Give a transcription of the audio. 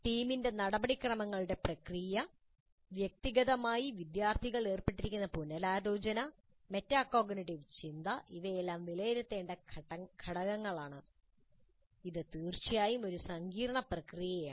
ടീമിൻെ്റ നടപടിക്രമങ്ങളുടെ പ്രക്രിയ വ്യക്തിഗതമായി വിദ്യാർത്ഥികൾ ഏർപ്പെട്ടിരിക്കുന്ന പുനരാലോചന മെറ്റാകോഗ്നിറ്റീവ് ചിന്ത ഇവയെല്ലാം വിലയിരുത്തേണ്ട ഘടകങ്ങളാണ് ഇത് തീർച്ചയായും ഒരു സങ്കീർണ്ണ പ്രക്രിയയാണ്